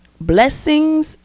Blessings